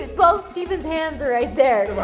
well stephen's hands are right there.